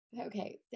okay